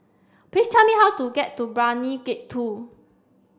please tell me how to get to Brani Gate two